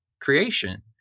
creation